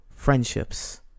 friendships